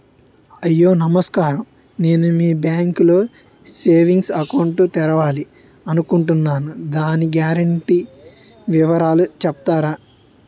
అయ్యా నమస్కారం నేను మీ బ్యాంక్ లో సేవింగ్స్ అకౌంట్ తెరవాలి అనుకుంటున్నాను దాని గ్యారంటీ వివరాలు చెప్తారా?